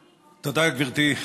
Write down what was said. תודה, גברתי.